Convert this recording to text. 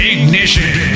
Ignition